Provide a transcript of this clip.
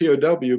POW